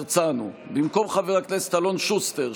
במקום חבר הכנסת אלון שוסטר,